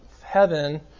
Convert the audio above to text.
heaven